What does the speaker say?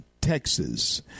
Texas